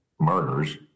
murders